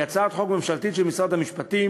היא הצעת חוק ממשלתית של משרד המשפטים